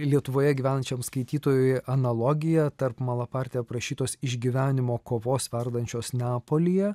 lietuvoje gyvenančiam skaitytojui analogija tarp malapartė aprašytos išgyvenimo kovos verdančios neapolyje